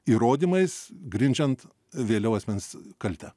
įrodymais grindžiant vėliau asmens kaltę